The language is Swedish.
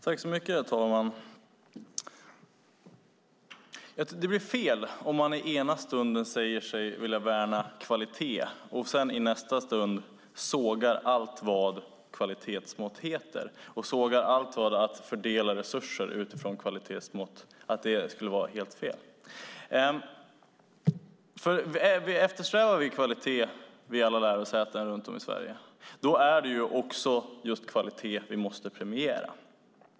Herr talman! Det blir fel om man ena stunden säger sig vilja värna kvalitet och i nästa sågar allt vad kvalitetsmått heter och hävdar att det skulle vara helt fel att fördela resurser utifrån kvalitetsmått. Eftersträvar vi kvalitet vid alla lärosäten runt om i Sverige är det också just kvalitet vi måste premiera.